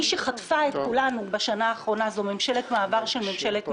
מי שחטפה את כולנו בשנה האחרונה זאת ממשלת מעבר של ממשלת מעבר,